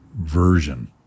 version